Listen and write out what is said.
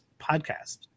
podcast